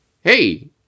Hey